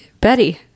Betty